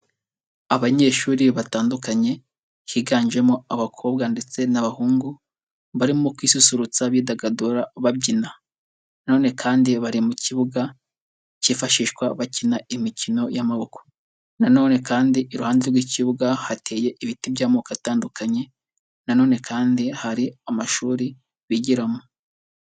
Abanyeshuri batandukanye, higanjemo abakobwa ndetse n'abahungu barimo kwisusurutsa bidagadura babyina nanone kandi bari mu kibuga kifashishwa bakina imikino y'amaboko nanone kandi iruhande rw'ikibuga hateye ibiti by'amoko atandukanye, nanone kandi hari amashuri bigiramo.